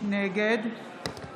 נגד